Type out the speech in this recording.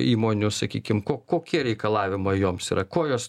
įmonių sakykim ko kokie reikalavimai joms yra kuo jos